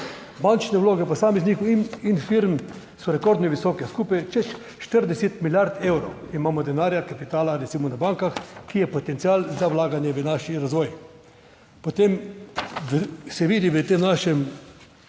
bančne vloge posameznikov in firm so rekordno visoke, skupaj čez 40 milijard evrov imamo denarja, kapitala recimo na bankah, ki je potencial za vlaganje v naš razvoj. Potem se vidi v tem našem